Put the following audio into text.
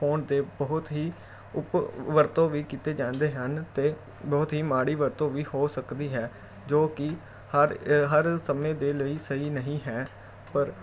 phone 'ਤੇ ਬਹੁਤ ਹੀ ਉਪਵਰਤੋਂ ਵੀ ਕੀਤੇ ਜਾਂਦੇ ਹਨ ਅਤੇ ਬਹੁਤ ਹੀ ਮਾੜੀ ਵਰਤੋਂ ਵੀ ਹੋ ਸਕਦੀ ਹੈ ਜੋ ਕਿ ਹਰ ਅ ਹਰ ਸਮੇਂ ਦੇ ਲਈ ਸਹੀ ਨਹੀਂ ਹੈ ਪਰ